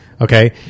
okay